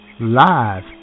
live